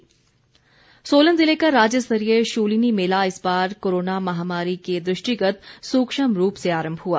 शुलिनी मेला सोलन जिले का राज्यस्तरीय शूलिनी मेला इस बार कोरोना महामारी के दृष्टिगत सूक्ष्म रूप से आरम्भ हआ